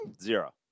Zero